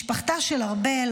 משפחתה של ארבל,